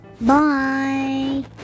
Bye